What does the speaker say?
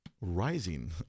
rising